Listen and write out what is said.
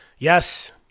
Yes